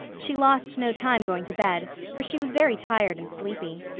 she lost no time going to bed, for she was very tired and sleepy.